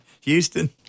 Houston